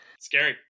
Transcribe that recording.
Scary